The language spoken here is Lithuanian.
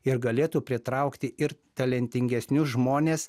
ir galėtų pritraukti ir talentingesnius žmones